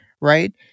right